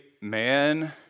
man